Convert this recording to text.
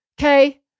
Okay